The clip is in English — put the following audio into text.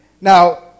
Now